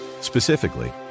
Specifically